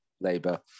Labour